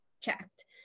checked